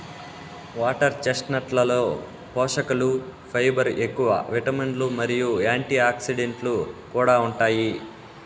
water చెస్ట్నట్లలో పోషకలు fibre ఎక్కువ, విటమిన్లు మరియు యాంటీఆక్సిడెంట్లు కూడా ఉంటాయి